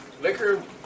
Liquor